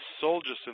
soldiers